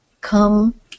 come